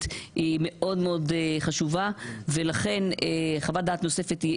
היא מאוד מאוד חשובה ולכן חוות דעת נוספת היא